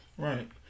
Right